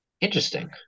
Interesting